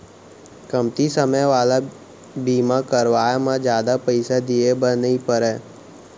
कमती समे वाला बीमा करवाय म जादा पइसा दिए बर नइ परय